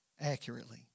Accurately